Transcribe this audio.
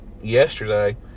yesterday